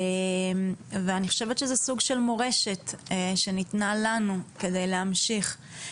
ואני חושבת שזה סוג של מורשת שניתנה לנו כדי להמשיך.